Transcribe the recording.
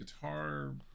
guitar –